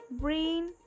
brain